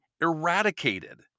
eradicated